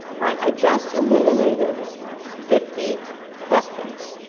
right? i just eliminated fifty questions.